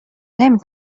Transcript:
نمی